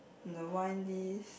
the wine list